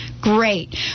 Great